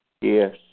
Yes